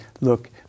Look